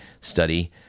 study